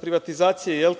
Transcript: privatizacije je